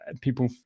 people